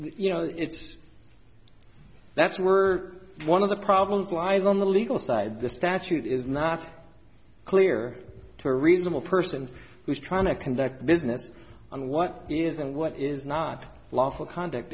you know it's that's were one of the problems lies on the legal side the statute is not clear to a reasonable person who's trying to conduct business on what is and what is not lawful conduct